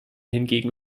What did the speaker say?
hingegen